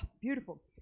beautiful